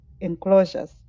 enclosures